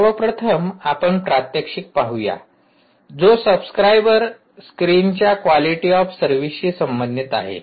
सर्व प्रथम आपण प्रात्यक्षिक पाहूया जो सबस्क्राइबर स्क्रीनच्या क्वालिटी ऑफ सर्विसशी संबंधित आहे